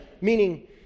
meaning